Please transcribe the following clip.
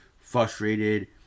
frustrated